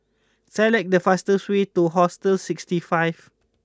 select the fastest way to Hostel sixty five